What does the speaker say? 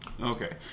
Okay